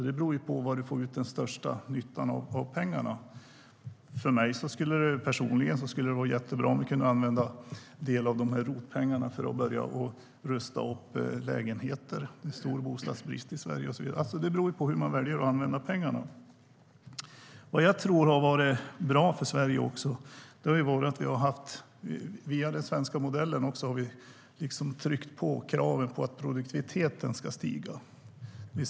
Det handlar om var du får störst nytta av pengarna. Vad jag tror har varit bra för Sverige är att vi genom den svenska modellen liksom har tryckt på kraven på att produktiviteten ska stiga.